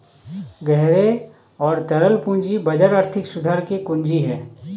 गहरे और तरल पूंजी बाजार आर्थिक सुधार की कुंजी हैं,